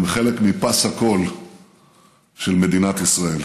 הם חלק מפס הקול של מדינת ישראל.